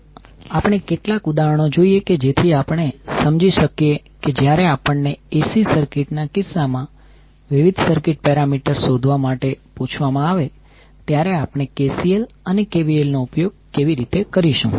ચાલો આપણે કેટલાક ઉદાહરણો જોઈએ કે જેથી આપણે સમજી શકીએ કે જ્યારે આપણને AC સર્કિટ ના કિસ્સામાં વિવિધ સર્કિટ પેરામીટર શોધવા માટે પૂછવામાં આવે ત્યારે આપણે KCL અને KVL નો ઉપયોગ કેવી રીતે કરીશું